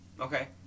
okay